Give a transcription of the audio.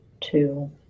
two